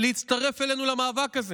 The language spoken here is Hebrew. להצטרף אלינו למאבק הזה.